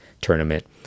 tournament